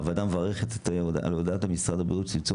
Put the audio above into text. הוועדה מברכת את עבודת משרד הבריאות לצמצום